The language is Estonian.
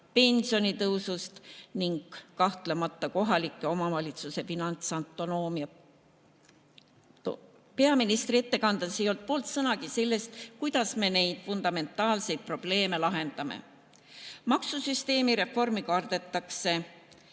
pensionitõusust ning kahtlemata kohalike omavalitsuste finantsautonoomiast. Peaministri ettekandes ei olnud poolt sõnagi sellest, kuidas me neid fundamentaalseid probleeme lahendame. Maksusüsteemi reformi kardetakse